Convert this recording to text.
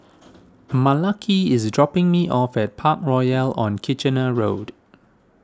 Malaki is dropping me off at Parkroyal on Kitchener Road